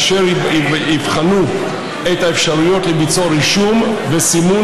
אשר יבחנו את האפשרויות לביצוע רישום וסימון